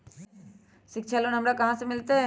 शिक्षा लोन हमरा कहाँ से मिलतै?